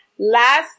last